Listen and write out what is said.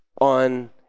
on